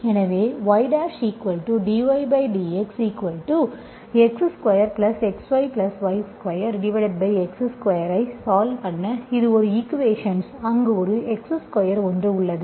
எனவே ydydxx2xyy2x2 ஐ solve பண்ண இது ஒரு ஈக்குவேஷன்ஸ் அங்கு x ஸ்கொயர் ஒன்று உள்ளது